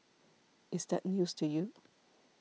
is that news to you